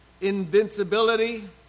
invincibility